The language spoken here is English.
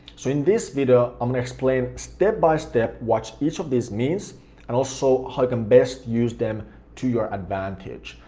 so in this video, i'm gonna explain step by step what each of these means and also how you can best use them to your advantage.